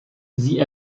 sie